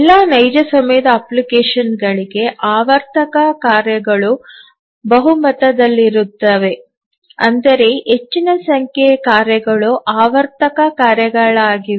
ಎಲ್ಲಾ ನೈಜ ಸಮಯದ ಅಪ್ಲಿಕೇಶನ್ಗಳಿಗೆ ಆವರ್ತಕ ಕಾರ್ಯಗಳು ಬಹುಮತದಲ್ಲಿರುತ್ತವೆ ಅಂದರೆ ಹೆಚ್ಚಿನ ಸಂಖ್ಯೆಯ ಕಾರ್ಯಗಳು ಆವರ್ತಕ ಕಾರ್ಯಗಳಾಗಿವೆ